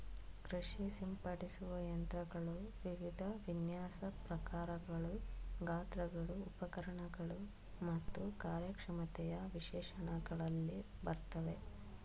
ಕೃಷಿ ಸಿಂಪಡಿಸುವ ಯಂತ್ರಗಳು ವಿವಿಧ ವಿನ್ಯಾಸ ಪ್ರಕಾರಗಳು ಗಾತ್ರಗಳು ಉಪಕರಣಗಳು ಮತ್ತು ಕಾರ್ಯಕ್ಷಮತೆಯ ವಿಶೇಷಣಗಳಲ್ಲಿ ಬರ್ತವೆ